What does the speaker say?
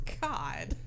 god